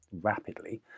rapidly